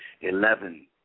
Eleven